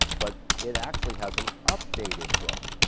but it actually has an updated book